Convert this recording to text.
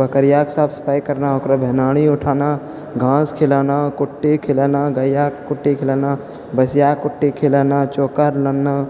बकरिआके साफ सफाइ करना ओकरऽ भेनाड़ी उठाना घास खिलाना कुट्टी खिलाना गैआके कुट्टी खिलाना भैँसिआके कुट्टी खिलाना चोकर लानऽ